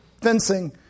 fencing